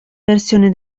versione